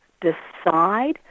decide